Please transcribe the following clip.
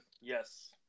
Yes